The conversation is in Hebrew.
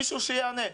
מישהו שיענה.